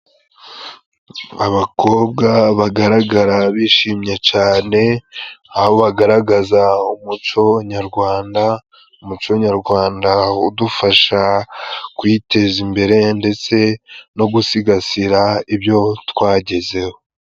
Abakobwa bagaragara bishimye cyane aho bagaragaza umuco nyarwanda, umuco nyarwanda udufasha kwiteza imbere, ndetse no gusigasira ibyo twagezeho.